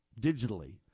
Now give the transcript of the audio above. digitally